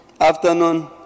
afternoon